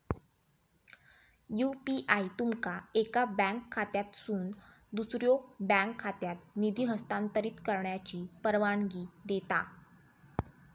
UPI तुमका एका bank खात्यातसून दुसऱ्यो बँक खात्यात निधी हस्तांतरित करण्याची परवानगी देता